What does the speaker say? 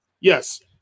Yes